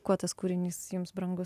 kuo tas kūrinys jums brangus